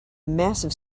massive